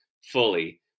fully